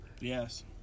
Yes